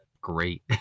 great